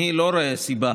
אני לא רואה סיבה